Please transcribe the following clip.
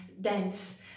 dense